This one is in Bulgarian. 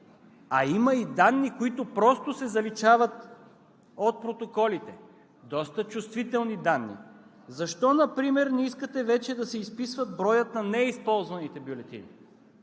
А има и данни, които просто се заличават от протоколите. Доста чувствителни данни. Защо например не искате вече да се изписва броят на неизползваните бюлетини?